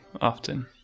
often